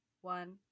one